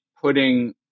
putting